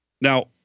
Now